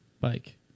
bike